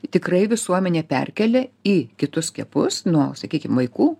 tikrai visuomenė perkelia į kitus skiepus nuo sakykime vaikų